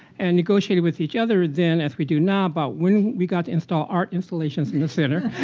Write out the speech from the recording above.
and negotiated with each other then, as we do now, about when we got to install art installations in the center.